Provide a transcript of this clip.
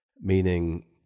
meaning